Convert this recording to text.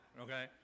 Okay